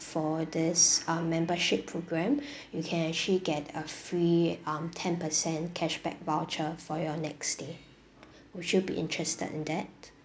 for this uh membership program you can actually get a free um ten percent cashback voucher for your next stay would you be interested in that